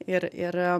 ir ir